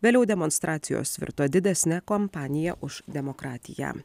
vėliau demonstracijos virto didesne kompanija už demokratiją